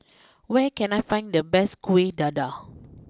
where can I find the best Kueh Dadar